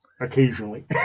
occasionally